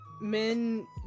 men